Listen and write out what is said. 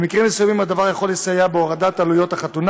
במקרים מסוימים הדבר יכול לסייע בהורדת עלויות החתונה